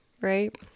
right